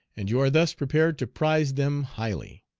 and you are thus prepared to prize them highly.